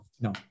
No